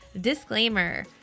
Disclaimer